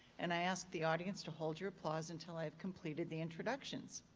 and i ask the audience to hold your applause until i've completed the introductions.